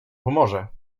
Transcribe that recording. humorze